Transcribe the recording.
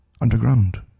Underground